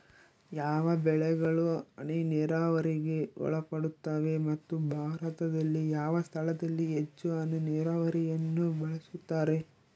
ಯಾವ ಬೆಳೆಗಳು ಹನಿ ನೇರಾವರಿಗೆ ಒಳಪಡುತ್ತವೆ ಮತ್ತು ಭಾರತದಲ್ಲಿ ಯಾವ ಸ್ಥಳದಲ್ಲಿ ಹೆಚ್ಚು ಹನಿ ನೇರಾವರಿಯನ್ನು ಬಳಸುತ್ತಾರೆ?